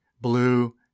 blue